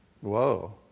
Whoa